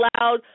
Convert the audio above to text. loud